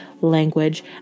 language